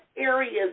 areas